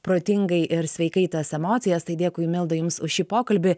protingai ir sveikai tas emocijas tai dėkui milda jums už šį pokalbį